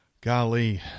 golly